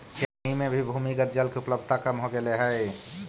चेन्नई में भी भूमिगत जल के उपलब्धता कम हो गेले हई